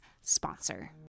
sponsor